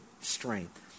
strength